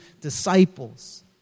disciples